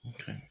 okay